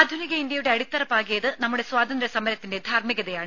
ആധുനിക ഇന്ത്യയുടെ അടിത്തറ പാകിയത് നമ്മുടെ സ്വാതന്ത്ര്യ സമരത്തിന്റെ ധാർമ്മികതയാണ്